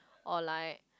or like